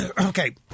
okay